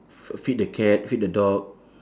f~ feed the cat feed the dog